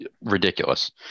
Ridiculous